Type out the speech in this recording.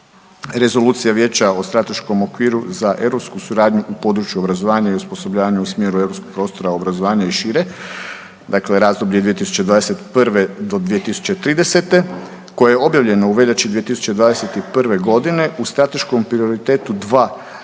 Rezolucija vijeća o strateškom okviru za europsku suradnju u području obrazovanja i osposobljavanja u smjeru europskog prostora obrazovanja i šire, dakle razdoblje 2021. do 2030. koje je objavljeno u veljači 2021. godine u strateškom prioritetu 2